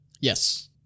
Yes